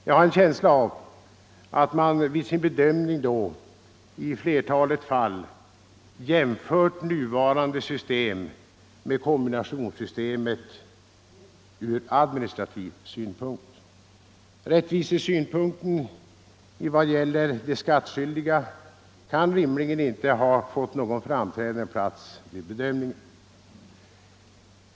Jag har en känsla av att man vid sin bedömning då i flertalet fall jämfört nuvarande system med kombinationssystemet ur administrativ synpunkt. Rättvisesynpunkten i vad gäller de skattskyldiga kan rimligen inte ha fått någon framträdande plats vid bedömningen.